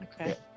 Okay